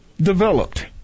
developed